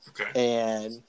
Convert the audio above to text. Okay